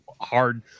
hard